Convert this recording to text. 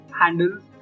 handles